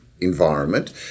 environment